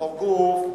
ולבחור גוף,